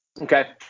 Okay